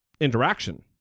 interaction